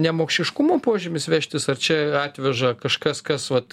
nemokšiškumo požymis vežtis ar čia atveža kažkas kas vat